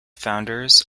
founders